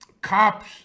cops